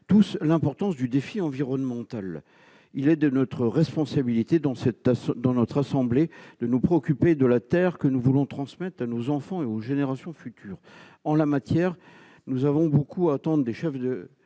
tous l'importance du défi environnemental. Il est de notre responsabilité, dans cette assemblée, de nous préoccuper de la terre que nous voulons transmettre à nos enfants et aux générations futures. En la matière, nous avons beaucoup à attendre des chefs